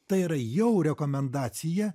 tai yra jau rekomendacija